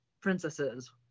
princesses